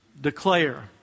declare